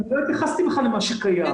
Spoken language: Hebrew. אני לא התייחסתי בכלל למה שקיים,